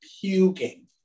puking